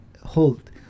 hold